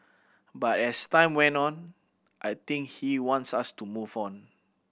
but as time went on I think he wants us to move on